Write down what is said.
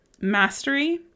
mastery